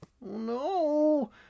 No